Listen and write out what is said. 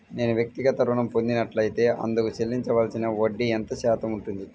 నేను వ్యక్తిగత ఋణం పొందినట్లైతే అందుకు చెల్లించవలసిన వడ్డీ ఎంత శాతం ఉంటుంది?